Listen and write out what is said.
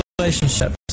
relationships